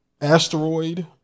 asteroid